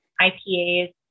IPAs